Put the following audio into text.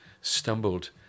stumbled